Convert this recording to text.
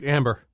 Amber